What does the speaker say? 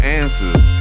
answers